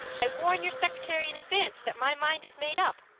i warn your secretary in advance that my mind is made up.